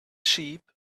sheep